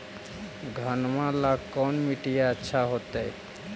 घनमा ला कौन मिट्टियां अच्छा होतई?